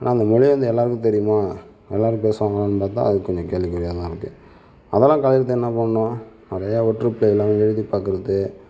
ஆனால் அந்த மொழி வந்து எல்லாருக்கும் தெரியுமா எல்லாரும் பேசுவாங்களானு பார்த்தா அது கொஞ்சம் கேள்விக்குறியாகதான் இருக்குது அதலாம் கடைப்பிடிக்க என்ன பண்ணணும் நிறையா ஒற்று பிழை இல்லாமல் எழுதி பார்க்குறது